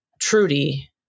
Trudy